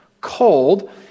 cold